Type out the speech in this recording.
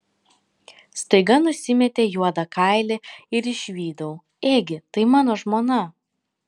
staiga nusimetė juodą kailį ir išvydau ėgi tai mano žmona